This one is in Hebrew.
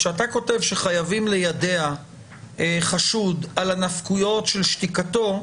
כשאתה כותב שחייבים לידע חשוד על הנפקויות של שתיקתו,